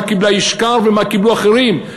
מה קיבלה "ישקר" ומה קיבלו אחרים,